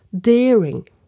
daring